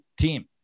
team